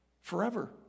forever